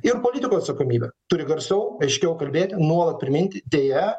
ir politikų atsakomybė turi garsiau aiškiau kalbėti nuolat priminti deja